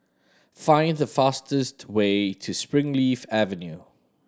find the fastest way to Springleaf Avenue